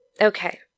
Okay